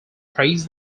praise